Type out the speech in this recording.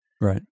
Right